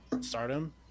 Stardom